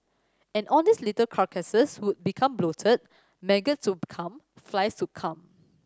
and all these little carcasses would become bloated maggots come flies to come